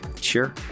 Sure